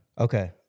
Okay